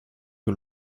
que